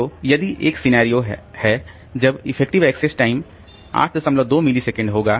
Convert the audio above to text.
तो यदि ये एक सिनेरियो है तब इफेक्टिव एक्सेस टाइम 82 मिलीसेकंड होगा